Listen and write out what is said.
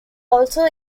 also